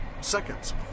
seconds